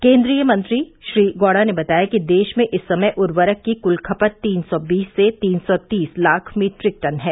केन्द्रीय मंत्री श्री गौड़ा ने बताया कि देश में इस समय उर्वरक की कुल खपत तीन सौ बीस से तीन सौ तीस लाख मीट्रिक टन है